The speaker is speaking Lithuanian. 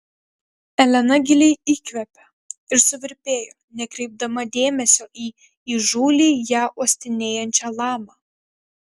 elena giliai įkvėpė ir suvirpėjo nekreipdama dėmesio į įžūliai ją uostinėjančią lamą